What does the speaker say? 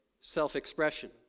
self-expression